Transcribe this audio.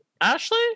Ashley